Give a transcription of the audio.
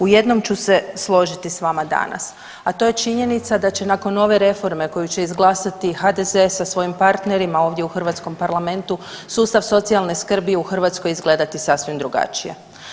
U jednom ću se složiti s vama danas, a to je činjenica da će nakon ove reforme koju će izglasati HDZ sa svojim partnerima ovdje u hrvatskom Parlamentu sustav socijalne skrbi izgledati sasvim drugačije.